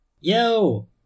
Yo